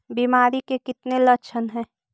बीमारी के कितने लक्षण हैं?